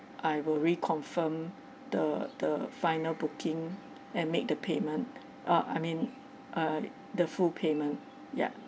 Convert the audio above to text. I will reconfirm the the final booking and make the payment uh I mean uh the full payment ya